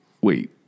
wait